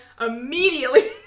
immediately